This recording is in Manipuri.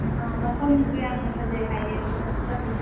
ꯑꯥ ꯃꯐꯝꯁꯨ ꯌꯥꯝꯅ ꯐꯖꯩ ꯍꯥꯏꯌꯦ ꯑꯗꯨꯅ ꯆꯠꯂꯨꯁꯤ